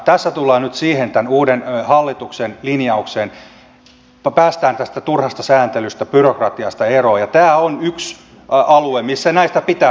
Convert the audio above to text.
tässä tullaan nyt siihen tämän uuden hallituksen linjaukseen että päästään tästä turhasta sääntelystä byrokratiasta eroon ja tämä on yksi alue missä näistä pitää päästä eroon